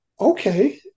okay